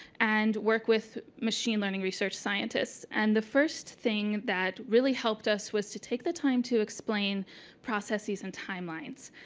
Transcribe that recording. and work with machine learning research scientists, and the first thing that really helped us was to take the time to explain processes and timelines.